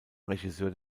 regisseur